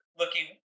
looking